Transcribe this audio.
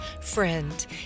Friend